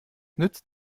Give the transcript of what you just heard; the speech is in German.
nützt